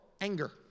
anger